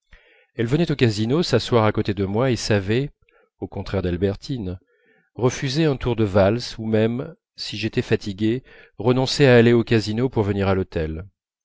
elle venait au casino s'asseoir à côté de moi et savait au contraire d'albertine refuser un tour de valse ou même si j'étais fatigué renoncer à aller au casino pour venir à l'hôtel